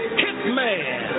hitman